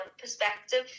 perspective